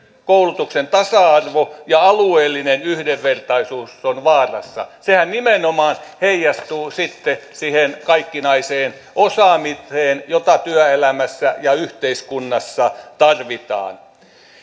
koulutuksen tasa arvo ja alueellinen yhdenvertaisuus ovat vaarassa sehän nimenomaan heijastuu sitten siihen kaikkinaiseen osaamiseen jota työelämässä ja yhteiskunnassa tarvitaan